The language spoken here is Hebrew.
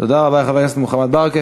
תודה רבה, חבר הכנסת מוחמד ברכה.